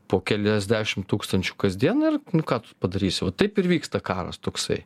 po keliasdešimt tūkstančių kasdien ir ką tu padarysi vat taip ir vyksta karas toksai